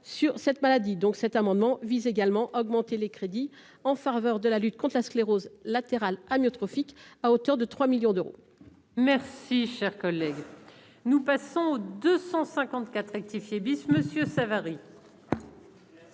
sur cette maladie, donc, cet amendement vise également augmenter les crédits en faveur de la lutte contre la sclérose latérale amyotrophique, à hauteur de 3 millions d'euros. Merci, cher collègue, nous passons 254 rectifié bis Monsieur Savary.